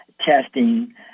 testing